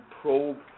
probe